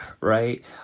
right